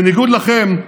בניגוד לכם,